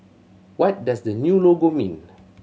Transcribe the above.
what does the new logo mean